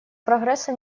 прогресса